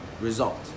result